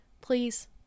Please